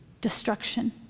destruction